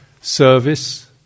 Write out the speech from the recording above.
service